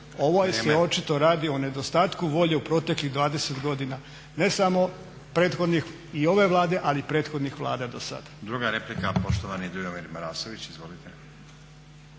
Ovaj se očito radi o nedostatku volje u proteklih 20 godina, ne samo prethodnih i ove Vlade, ali i prethodnih Vlada do sada.